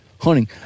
hunting